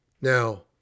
Now